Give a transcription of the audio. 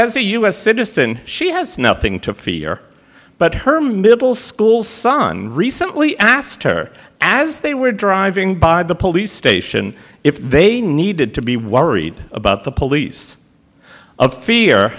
as a u s citizen she has nothing to fear but her middle school son recently asked her as they were driving by the police station if they needed to be worried about the police of fear